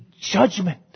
judgment